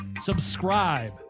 Subscribe